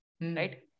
Right